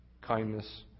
kindness